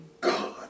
God